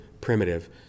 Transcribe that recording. primitive